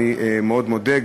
אני מאוד מודה,